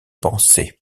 pensées